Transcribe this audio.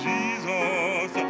Jesus